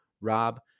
Rob